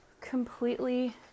completely